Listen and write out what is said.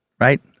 right